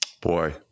Boy